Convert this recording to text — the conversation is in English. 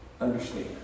understand